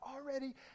already